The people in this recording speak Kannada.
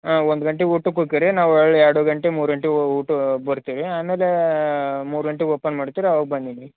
ಹಾಂ ಒಂದು ಗಂಟೆ ಊಟಕ್ಕ ಹೊಕ್ಕೇರಿ ನಾವು ಹೊಳ್ಳಿ ಎರಡು ಗಂಟೆ ಮೂರು ಗಂಟೆ ಊಟ ಬರ್ತೀವಿ ಆಮೇಲೆ ಮೂರು ಗಂಟೆಗ್ ಓಪನ್ ಮಾಡ್ತೀರ ಅವಾಗ ಬನ್ನಿ ನೀ